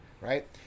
right